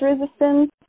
resistance